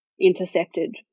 intercepted